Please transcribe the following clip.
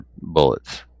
bullets